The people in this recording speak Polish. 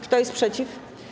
Kto jest przeciw?